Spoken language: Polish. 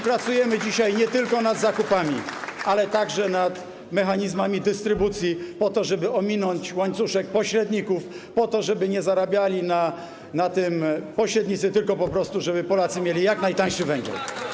Pracujemy dzisiaj nie tylko nad zakupami, ale także nad mechanizmami dystrybucji, po to żeby ominąć łańcuszek pośredników, po to żeby nie zarabiali na tym pośrednictwie, tak żeby po prostu Polacy mieli jak najtańszy węgiel.